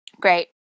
Great